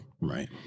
right